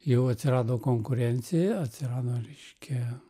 jau atsirado konkurencija atsirano reiškia